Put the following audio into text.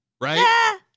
right